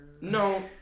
No